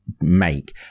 make